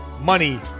money